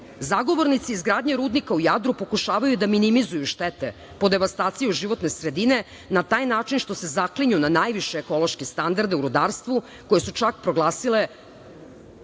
stoji. Zagovornici izgradnje rudnika u Jadru pokušavaju da minimizuju štete po devastaciju životne sredine, na taj način što se zaklinju na najviše ekološke standarde u rudarstvu, koje su čak proglasile